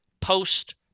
post